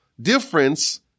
difference